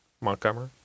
Montgomery